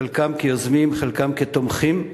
חלקם כיוזמים, חלקם כתומכים,